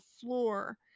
floor